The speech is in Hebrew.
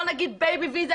לא נגיד בייבי-ויזה,